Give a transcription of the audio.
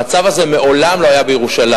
המצב הזה מעולם לא היה בירושלים.